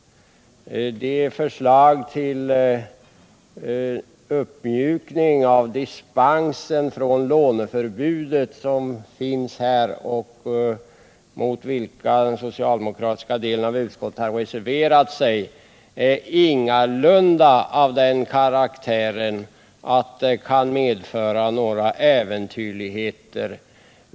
Det förslag till uppmjukning av bestämmelserna om dispens från låneförbudet mot vilket den socialdemokratiska delen av utskottet har reserverat sig är ingalunda av den karaktären att det kan medföra några äventyrligheter.